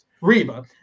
Reba